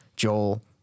Joel